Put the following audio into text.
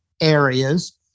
areas